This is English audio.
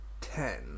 ten